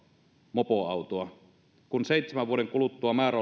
mopoautoa kun seitsemän vuoden kuluttua määrä